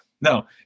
No